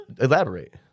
Elaborate